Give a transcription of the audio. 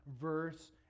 verse